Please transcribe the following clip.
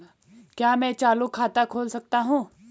क्या मैं चालू खाता खोल सकता हूँ?